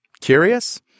Curious